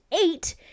eight